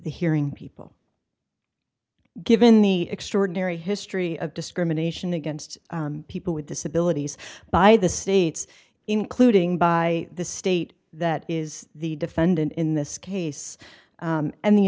hearing people given the extraordinary history of discrimination against people with disabilities by the states including by the state that is the defendant in this case and the